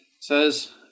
says